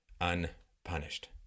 unpunished